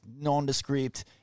nondescript